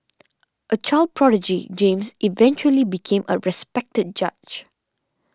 a child prodigy James eventually became a respected judge